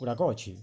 ଗୁଡ଼ାକ ଅଛି